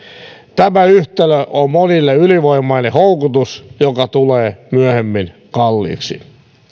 tämä yhtälö on monille ylivoimainen houkutus joka tulee myöhemmin kalliiksi